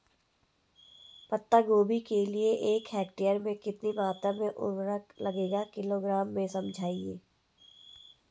पत्ता गोभी के लिए एक हेक्टेयर में कितनी मात्रा में उर्वरक लगेगा किलोग्राम में समझाइए?